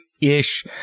Ish